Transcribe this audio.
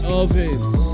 ovens